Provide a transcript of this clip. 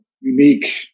unique